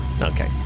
Okay